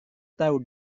tahu